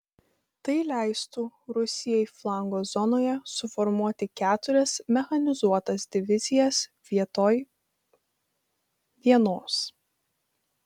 tai leistų rusijai flango zonoje suformuoti keturias mechanizuotas divizijas vietoj vienos